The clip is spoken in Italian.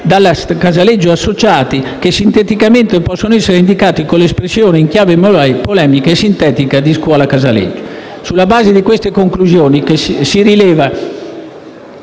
di attività e strumenti che sinteticamente possono essere indicati con l'espressione, in chiave polemica e sintetica, di «scuola @casaleggio». Sulla base di queste conclusioni, si rileva